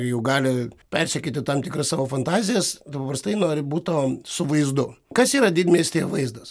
jau gali persekioti tam tikras savo fantazijas paprastai nori buto su vaizdu kas yra didmiestyje vaizdas